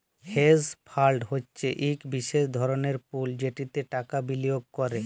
hedge fund হছে ইক বিশেষ ধরলের পুল যেটতে টাকা বিলিয়গ ক্যরে